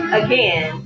again